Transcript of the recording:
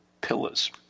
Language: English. pillars